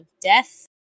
death